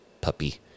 puppy